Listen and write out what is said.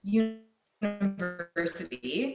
university